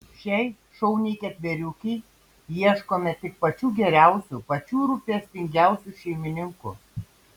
šiai šauniai ketveriukei ieškome tik pačių geriausių pačių rūpestingiausių šeimininkų